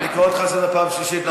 אני קורא אותך לסדר פעם שלישית.